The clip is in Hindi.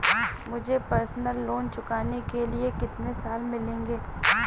मुझे पर्सनल लोंन चुकाने के लिए कितने साल मिलेंगे?